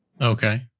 Okay